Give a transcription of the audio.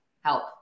help